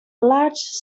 large